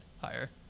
higher